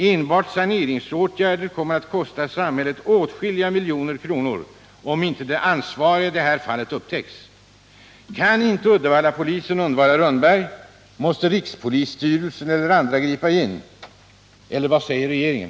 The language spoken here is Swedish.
Enbart saneringsåtgärderna kommer att kosta samhället åtskilliga miljoner kronor om inte de ansvariga upptäcks. Kan inte Uddevallapolisen undvara Rönnberg måste rikspolisstyrelsen eller andra organ gripa in, eller vad säger regeringen?